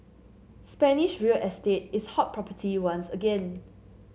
Spanish real estate is hot property once again